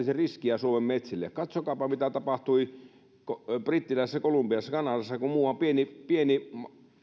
se aiheuttaisi suomen metsille katsokaapa mitä tapahtui brittiläisessä kolumbiassa kanadassa kun muuan pieni pieni